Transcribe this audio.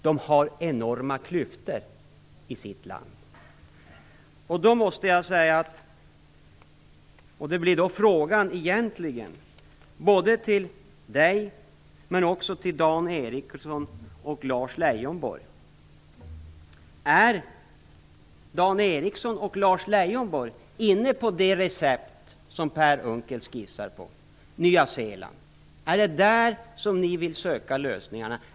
Man har enorma klyftor. Min fråga till Dan Ericsson och Lars Leijonborg, men även till Per Unckel, blir: Är Dan Ericsson och Lars Leijonborg inne på det recept som Per Unckel skissar? Är det på Nya Zeeland som ni vill söka lösningarna?